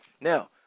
Now